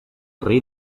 rei